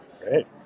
Great